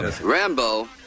Rambo